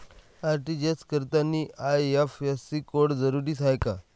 RTGS करतांनी IFSC code जरुरीचा हाय का?